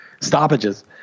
stoppages